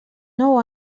nou